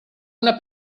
una